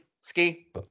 Ski